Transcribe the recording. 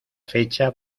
fecha